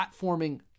platforming